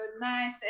nice